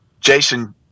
Jason